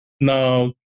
Now